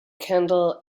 candle